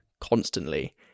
constantly